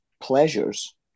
Pleasures